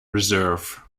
reserve